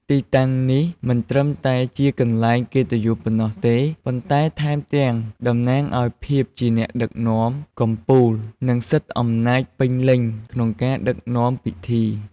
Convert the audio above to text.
ទីតាំងនេះមិនត្រឹមតែជាកន្លែងកិត្តិយសប៉ុណ្ណោះទេ ប៉ុន្តែថែមទាំងតំណាងឲ្យភាពជាអ្នកដឹកនាំកំពូល និងសិទ្ធិអំណាចពេញលេញក្នុងការដឹកនាំពិធី។